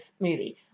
movie